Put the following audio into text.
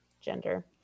gender